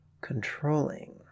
controlling